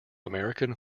american